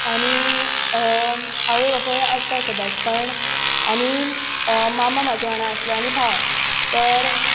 आनी आवय बापूय आसता सदांच पण आनी मामा म्हजे वांगडा आसलो आनी भाव तर